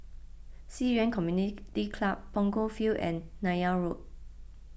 Ci Yuan Community Club Punggol Field and Neythal Road